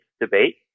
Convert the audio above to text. debate